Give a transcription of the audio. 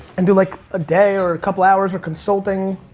and do like a day or a couple hours or consulting.